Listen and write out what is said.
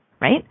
right